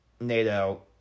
NATO